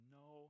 no